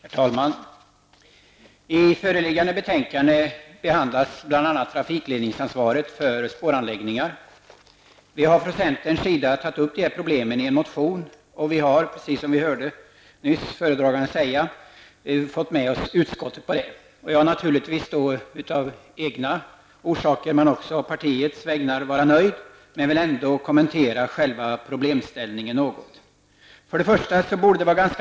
Herr talman! I föreliggande betänkande behandlas bl.a. trafikledningsansvaret för spåranläggningarna. Vi har från centerns sida tagit upp dessa problem i en motion och har, som vi nyss hörde föredraganden säga, fått med oss utskottet på den. Jag har naturligtvis orsak att vara nöjd såväl på egna som på partiets vägnar men vill ändå kommentera själva problemställningen något.